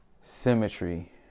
symmetry